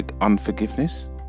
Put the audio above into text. unforgiveness